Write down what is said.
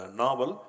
novel